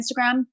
Instagram